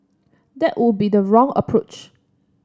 that would be the wrong approach